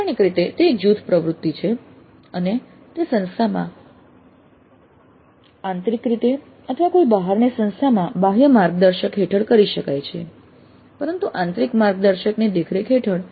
લાક્ષણિક રીતે તે એક જૂથ પ્રવૃત્તિ છે અને તે સંસ્થામાં આંતરિક રીતે અથવા કોઈ બહારની સંસ્થામાં બાહ્ય માર્ગદર્શક હેઠળ કરી શકાય છે પરંતુ આંતરિક માર્ગદર્શકની દેખરેખ હેઠળ